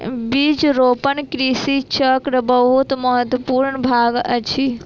बीज रोपण कृषि चक्रक बहुत महत्वपूर्ण भाग अछि